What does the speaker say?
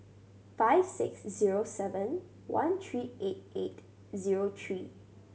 five six zero seven one three eight eight zero three